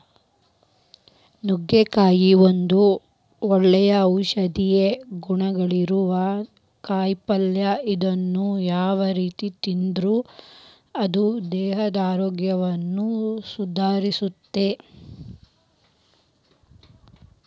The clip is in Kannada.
ನುಗ್ಗಿಕಾಯಿ ಒಂದು ಒಳ್ಳೆ ಔಷಧೇಯ ಗುಣಗಳಿರೋ ಕಾಯಿಪಲ್ಲೆ ಇದನ್ನ ಯಾವ ರೇತಿ ತಿಂದ್ರು ಅದು ದೇಹಾರೋಗ್ಯವನ್ನ ಸುಧಾರಸ್ತೆತಿ